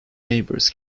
neighbours